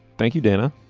thank you dana.